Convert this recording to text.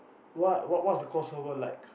what what what's the cost like